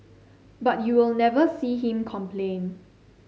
but you will never see him complain